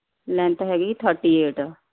length ਹੈਗੀ thirty eight